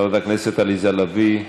חברת הכנסת עליזה לביא,